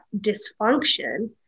dysfunction